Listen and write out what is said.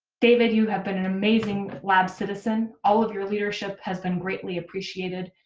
david, you have been an amazing lab citizen. all of your leadership has been greatly appreciated.